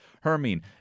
Hermine